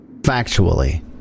factually